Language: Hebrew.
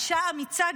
אישה אמיצה,